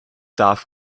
darf